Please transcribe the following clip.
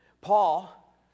Paul